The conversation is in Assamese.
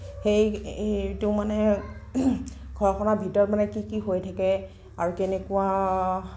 সেই টো মানে ঘৰখনৰ ভিতৰত মানে কি কি হৈ থাকে আৰু কেনেকুৱা